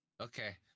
okay